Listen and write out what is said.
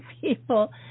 people